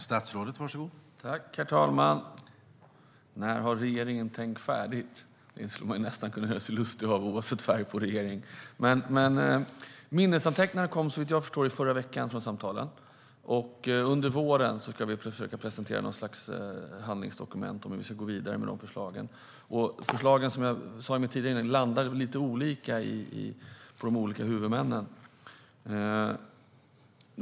Herr talman! När har regeringen tänkt färdigt? Det kan man göra sig lustig över oavsett färg på regeringen. Minnesanteckningarna från samtalet kom såvitt jag förstår i förra veckan. Under våren ska vi försöka presentera ett handlingsdokument om hur vi ska gå vidare med förslagen. Som jag sa tidigare landar förslagen lite olika hos olika huvudmän.